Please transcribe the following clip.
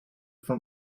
from